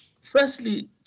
Firstly